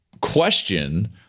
question